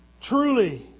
Truly